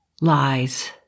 Lies